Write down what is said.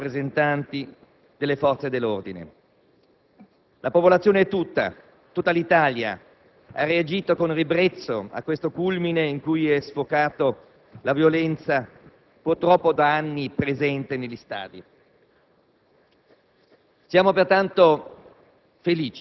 dell'ispettore Raciti, e anche a tutti i rappresentanti delle forze dell'ordine. La popolazione tutta, tutta l'Italia, ha reagito con ribrezzo a questo culmine in cui è sfociata la violenza, purtroppo da anni presente negli stadi.